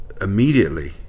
immediately